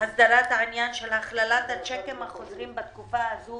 הסדרת העניין של הצ'קים החוזרים בתקופה הזאת